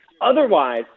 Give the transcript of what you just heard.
otherwise